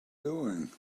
doing